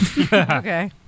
Okay